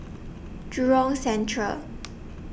Jurong Central